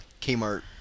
Kmart